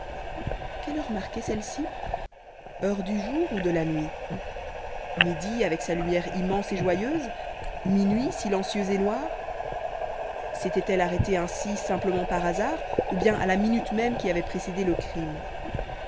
quelle heure marquait celle-ci heure du jour ou de la nuit midi avec sa lumière immense et joyeuse minuit silencieux et noir s'était-elle arrêtée ainsi simplement par hasard ou bien à la minute même qui avait précédé le crime